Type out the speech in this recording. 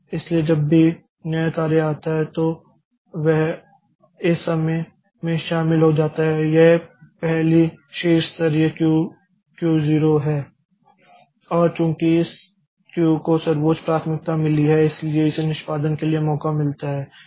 इसलिए जब भी नया कार्य आता है तो वह इस समय में शामिल हो जाता है यह पहली शीर्ष स्तरीय क्यू Q 0 है और चूंकि इस क्यू को सर्वोच्च प्राथमिकता मिली है इसलिए इसे निष्पादन के लिए मौका मिलता है